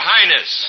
Highness